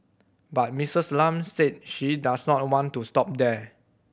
but Misses Lam said she does not want to stop there